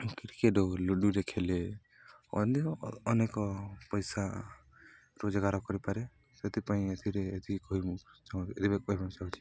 cricket ଓ ଲୁଡ଼ୁରେ ଖେଳେ ଅନ୍ୟ ଅନେକ ପଇସା ରୋଜଗାର କରିପାରେ ସେଥିପାଇଁ ଏଥିରେ ଏତିକି କହି ମୁଁ ଚାହୁଁଛି